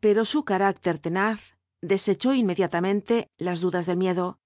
pero su carácter tenaz desechó inmediatamente las dudas del miedo